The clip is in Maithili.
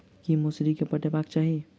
की मौसरी केँ पटेबाक चाहि?